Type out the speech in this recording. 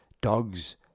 dogs